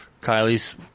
Kylie's